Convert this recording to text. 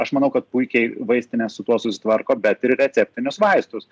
aš manau kad puikiai vaistinės su tuo susitvarko bet ir receptinius vaistus